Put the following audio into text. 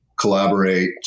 collaborate